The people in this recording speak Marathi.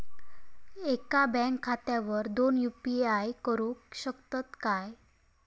एका बँक खात्यावर दोन यू.पी.आय करुक शकतय काय?